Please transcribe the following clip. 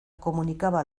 comunicaba